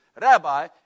Rabbi